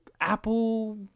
Apple